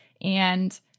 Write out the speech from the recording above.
and-